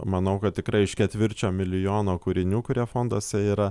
manau kad tikrai iš ketvirčio milijono kūrinių kurie fonduose yra